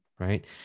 Right